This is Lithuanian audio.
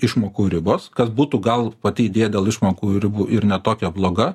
išmokų ribos kas būtų gal pati idėja dėl išmokų ribų ir ne tokia bloga